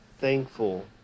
thankful